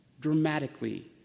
dramatically